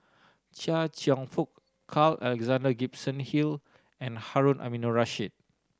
Chia Cheong Fook Carl Alexander Gibson Hill and Harun Aminurrashid